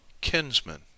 kinsman